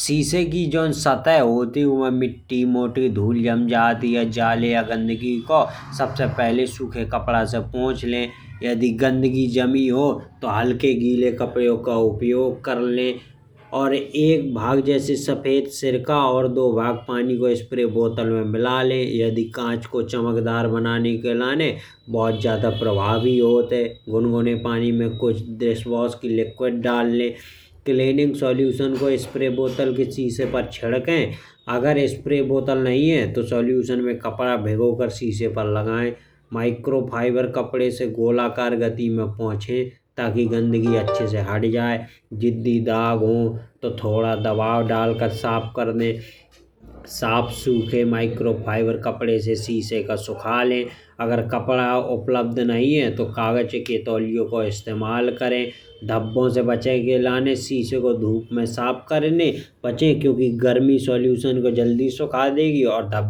शीशे की जो सतह होत ही उंहें मिट्टी मोटी धूल जम जात है। या जाले या गंदगी को सबसे पहले सूखे कपड़ा से पोंछ लें। यदि गंदगी जमी हो तो हल्के गीले कपड़े का उपयोग कर लें। और एक भाग जैसे सफेद सिरका और दो भाग पानी को स्प्रे बोतल में मिला लें। यदि कांच को चमकदार बनाने के लाने बहुत ज्यादा प्रभावी होत है। गुनगुने पानी में कुछ डिसवॉश की लिक्विड डाल लें। क्लीनिंग सोल्यूशन को स्प्रे बोतल को शीशे पर छिडके अगर स्प्रे बोतल नहीं है। तो सोल्यूशन में कपड़ा भिगो कर शीशे पर लगाएं। माइक्रो फाइबर कपड़े से गोलाकार गति में पोंछे ताकि गंदगी अच्छे से हट जाए। जिद्दी दाग हो तो दबाव डालकर साफ कर दें। साफ सूखे माइक्रो फाइबर कपड़े से शीशे को सुखा लें अगर कपड़ा उपलब्ध नहीं है। तो कागज के तौलियों को इस्तेमाल करें धब्बों से बचने के लाने शीशे को धूप में साफ कर लें। बचें क्योंकि गर्मी सोल्यूशन को जल्दी सुखा देगी और धब्बे छूट जाएंगे। और इससे आपका शीशा बढ़िया चमकदार और अच्छा दिखने लगेगा।